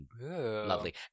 lovely